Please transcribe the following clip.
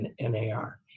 NAR